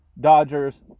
Dodgers